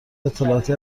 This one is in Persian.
اطلاعاتی